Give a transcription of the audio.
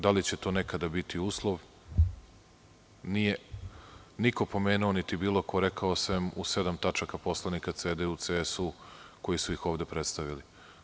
Da li će to nekada biti uslov, nije niko pomenuo, niti ko rekao, sem u sedam tačaka poslanika CDU i CSU koji su ih ovde prestavili.